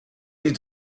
you